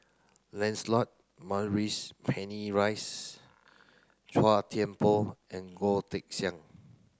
Lancelot Maurice Chua Thian Poh and Goh Teck Sian